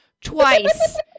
twice